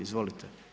Izvolite.